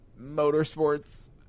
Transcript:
Motorsports